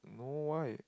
no why